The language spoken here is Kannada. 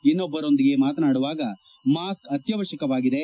ಇನ್ನೊಬ್ಬರೊಂದಿಗೆ ಮಾತನಾಡುವಾಗ ಮಾಸ್ಕ್ ಅತ್ಯವಶ್ಯಕವಾಗಿದೆ